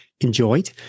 enjoyed